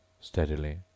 steadily